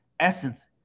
essence